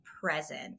present